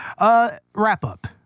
wrap-up